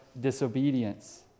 disobedience